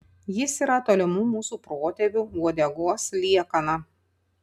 jis yra tolimų mūsų protėvių uodegos liekana